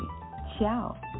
Ciao